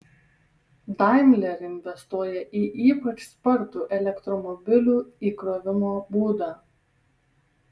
daimler investuoja į ypač spartų elektromobilių įkrovimo būdą